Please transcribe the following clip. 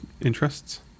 interests